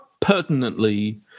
pertinently